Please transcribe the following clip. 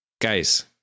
Guys